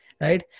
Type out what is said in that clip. Right